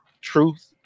truth